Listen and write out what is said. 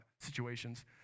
situations